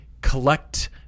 collect